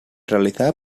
realizada